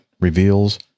reveals